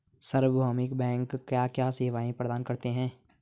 सार्वभौमिक बैंक क्या क्या सेवाएं प्रदान करते हैं?